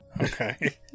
Okay